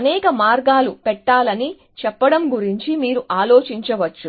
అనేక మార్గాలు పెట్టాలని చెప్పడం గురించి మీరు ఆలోచించవచ్చు